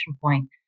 point